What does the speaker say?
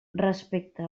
respecte